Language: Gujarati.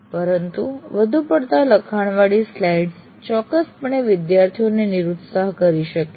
પરંતુ વધુ પડતા લખાણવળી સ્લાઇડ્સ ચોક્કસપણે વિદ્યાર્થીઓને નિરુત્સાહ કરી શકે છે